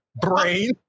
brain